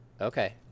Okay